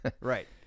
right